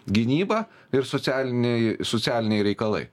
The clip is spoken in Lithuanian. gynybą ir socialiniai socialiniai reikalai